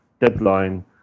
deadline